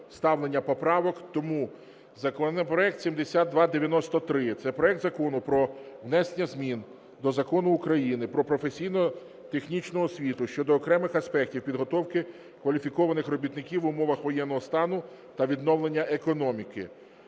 Тому законопроект 7293, це проект Закону про внесення змін до Закону України "Про професійно-технічну освіту" щодо окремих аспектів підготовки кваліфікованих робітників в умовах воєнного стану та відновлення економіки.